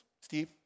Steve